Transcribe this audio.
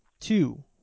two